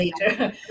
later